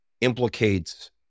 implicates